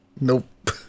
Nope